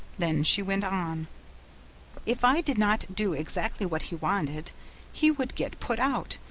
then she went on if i did not do exactly what he wanted he would get put out,